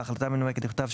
בהחלטה מנומקת בכתב,